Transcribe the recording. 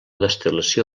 destil·lació